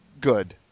good